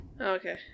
Okay